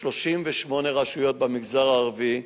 38 רשויות במגזר הערבי.